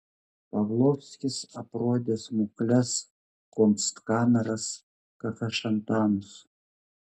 pavlovskis aprodė smukles kunstkameras kafešantanus